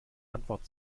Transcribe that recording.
antwort